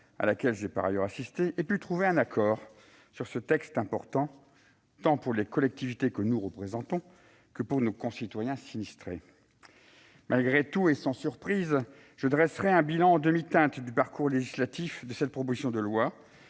membre suppléant, ait pu trouver un accord sur ce texte aussi important pour les collectivités que nous représentons que pour nos concitoyens sinistrés. Malgré tout, sans surprise, je dresserai un bilan en demi-teinte du parcours législatif de cette proposition de loi